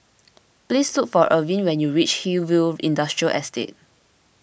please look for Irvin when you reach Hillview Industrial Estate